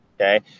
Okay